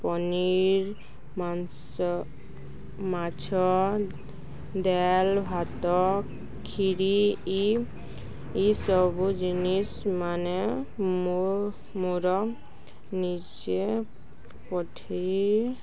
ପନିର୍ ମାଂସ ମାଛ ଡ଼ାଲ୍ ଭାତ କ୍ଷୀରି ଇ ଇସବୁ ଜିନିଷ୍ମାନେ ମୁଁ ମୋର ନିଜେ ପଠେଇ